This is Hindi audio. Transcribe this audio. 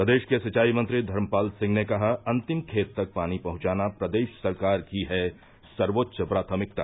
प्रदेश के सिंचाई मंत्री धर्मपाल सिंह ने कहा अंतिम खेत तक पानी पहॅचाना प्रदेश सरकार की है सर्वोच्च प्राथमिकता